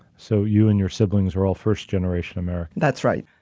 so you and your siblings were all first generation american. that's right.